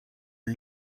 les